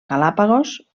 galápagos